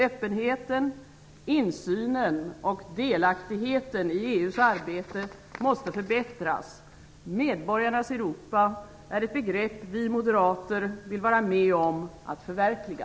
Öppenheten, insynen och delaktigheten i EU:s arbet måste förbättras. Medborgarnas Europa är ett begrepp som vi moderater vill vara med om att förverkliga.